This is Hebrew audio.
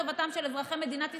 טובתם של אזרחי מדינת ישראל,